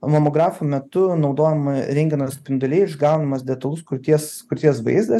mamografo metu naudojama rentgeno spinduliai išgaunamas detalus krūties krūties vaizdas